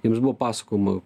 jiems buvo pasakojama